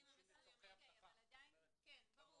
כמו גם שימושים לצרכי אבטחה.